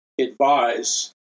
advise